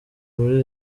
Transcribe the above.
muri